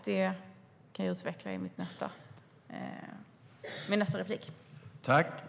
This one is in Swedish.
Jag kan utveckla det i min nästa replik.